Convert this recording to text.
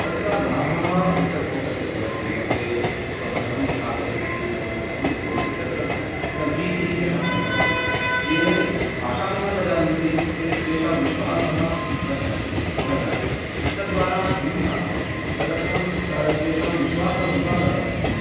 तत्र लाभः वित्तकोषस्य भवत्येव ते स्वधनं स्थापयन्ति एवञ्च स्वीकुर्वन्ति तत्र भीतिः तेषां न भवति ये भाषाम् एव न जानन्ति तेषां विश्वासः न ज्ञायते न जायते तद्वारा विमुखाः भवन्ति तदर्थं तेषां विश्वाससम्पादनार्थं